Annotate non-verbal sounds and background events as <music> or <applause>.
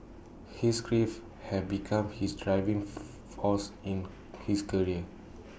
his grief had become his driving <noise> force in his career